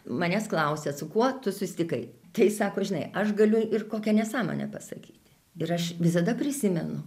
manęs klausia su kuo tu susitikai tai sako žinai aš galiu ir kokią nesąmonę pasakyti ir aš visada prisimenu